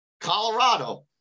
Colorado